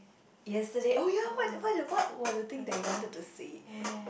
yesterday oh ya what what the part was the thing that you wanted to say